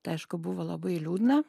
tai aišku buvo labai liūdna